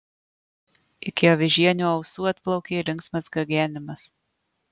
iki avižienio ausų atplaukė linksmas gagenimas